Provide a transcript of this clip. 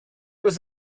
was